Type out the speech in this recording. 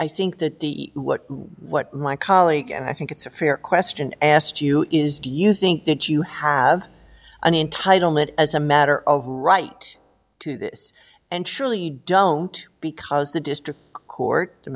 i think that what what my colleague and i think it's a fair question asked you is do you think that you have an entitlement as a matter of right to this and surely don't because the district court